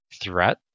threat